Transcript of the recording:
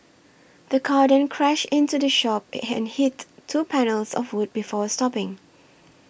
the car then crashed into the shop and hit two panels of wood before stopping